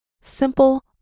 simple